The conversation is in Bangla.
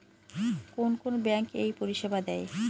কোন কোন ব্যাঙ্ক এই পরিষেবা দেয়?